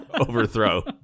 overthrow